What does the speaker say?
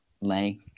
lay